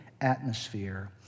atmosphere